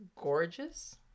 gorgeous